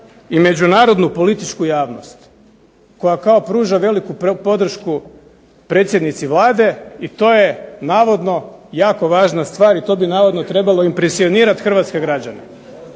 i međunarodnu političku javnost, koja kao pruža veliku podršku predsjednici Vlade i to je navodno jako važna stvar, i to bi navodno trebamo impresionirati hrvatske građane.